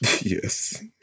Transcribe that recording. yes